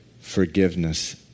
Forgiveness